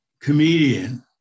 comedian